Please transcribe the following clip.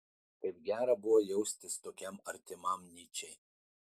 kaip gera buvo jaustis tokiam artimam nyčei